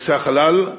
בנושא החלל,